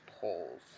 polls